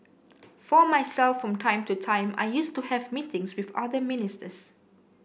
for myself from time to time I used to have meetings with other ministers